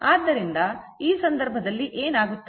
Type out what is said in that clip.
ಆದ್ದರಿಂದ ಈ ಸಂದರ್ಭದಲ್ಲಿ ಏನಾಗುತ್ತದೆ